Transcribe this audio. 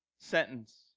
sentence